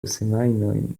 semajnojn